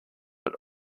but